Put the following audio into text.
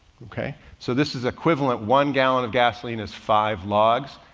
okay? so this is equivalent. one gallon of gasoline is five logs.